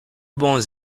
bons